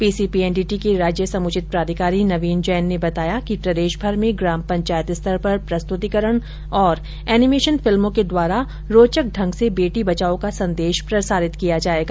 PCPNDT के राज्य समूचित प्राधिकारी नवीन जैन ने बताया कि प्रदेशभर में ग्राम पंचायत स्तर पर प्रस्तुतिकरण और एनिमेशन फिल्मों के द्वारा रोचक ढ़ंग से बेटी बचाओ का संदेश प्रसारित किया जायेगा